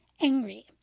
angry